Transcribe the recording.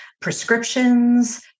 prescriptions